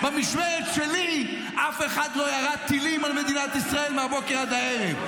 במשמרת שלי אף אחד לא ירה טילים על מדינת ישראל מהבוקר עד הערב.